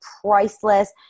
priceless